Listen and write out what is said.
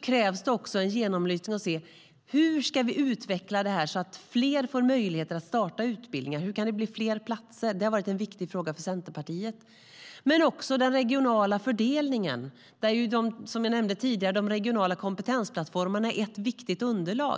krävs det också en genomlysning för att se hur vi ska utveckla detta så att fler får möjlighet att starta utbildningar. Hur kan det bli fler platser? Det har varit en viktig fråga för Centerpartiet. Det handlar också om den regionala fördelningen, där - som jag nämnde tidigare - de regionala kompetensplattformarna är ett viktigt underlag.